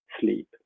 sleep